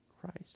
Christ